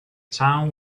town